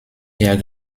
ihr